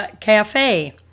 Cafe